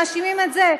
מאשימים את זה,